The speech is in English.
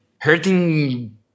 hurting